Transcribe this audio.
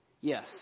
yes